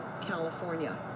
California